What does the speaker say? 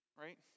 right